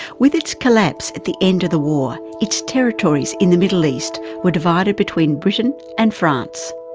with its collapse at the end of the war, its territories in the middle east were divided between britain and france.